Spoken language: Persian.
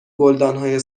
گلدانهای